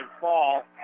fall